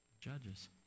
Judges